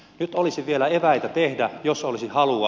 nyt olisi vielä eväitä tehdä jos olisi halua